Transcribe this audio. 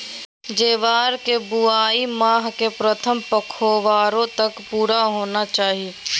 ज्वार की बुआई माह के प्रथम पखवाड़े तक पूरा होना चाही